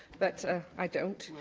but i don't.